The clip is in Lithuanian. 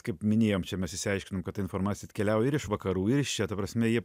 kaip minėjom čia mes išsiaiškinom kad ta informacija atkeliauja ir iš vakarų ir iš čia ta prasme ji